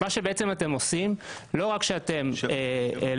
מה שבעצם אתם עושים, לא רק שאתם לא